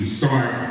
start